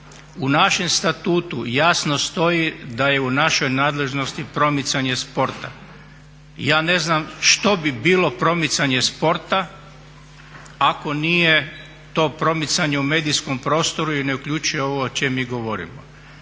U našem statutu jasno stoji da je u našoj nadležnosti promicanje sporta. Ja ne znam što bi bilo promicanje sporta ako nije to promicanje u medijskom prostoru i ne uključuje ovo o čemu mi govorimo.